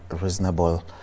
reasonable